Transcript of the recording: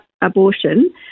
abortion